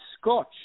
scotch